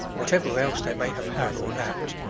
whatever else they may have had or lacked,